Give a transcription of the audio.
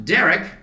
Derek